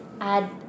add